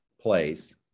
place